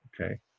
okay